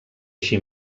així